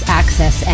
access